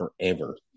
forever